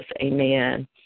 amen